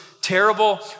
terrible